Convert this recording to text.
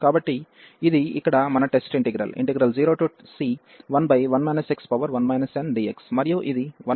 కాబట్టి ఇది ఇక్కడ మన టెస్ట్ ఇంటిగ్రల్ 0c11 ndx